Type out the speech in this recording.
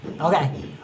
Okay